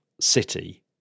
city